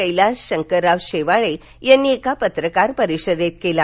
कैलास शंकरराव शेवाळे यांनी पत्रकार परिषदेत केला